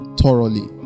thoroughly